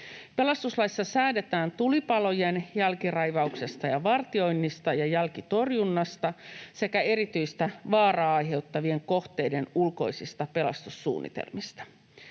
Pelastuslaissa säädetään tulipalojen jälkiraivauksesta, vartioinnista ja jälkitorjunnasta sekä erityistä vaaraa aiheuttavien kohteiden ulkoisista pelastussuunnitelmista.